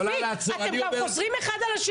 מספיק, אתם חוזרים אחד על דברי השני.